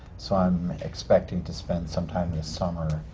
so i'm expecting to spend some time this summer